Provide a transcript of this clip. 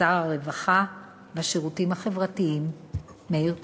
שר הרווחה והשירותים החברתיים מאיר כהן.